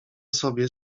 sobie